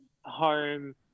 home